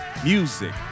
Music